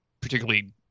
particularly